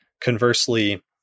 Conversely